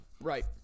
right